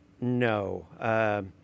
No